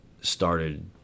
started